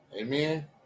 Amen